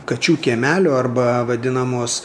kačių kiemelio arba vadinamos